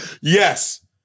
Yes